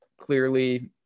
clearly –